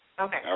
Okay